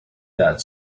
that